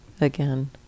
again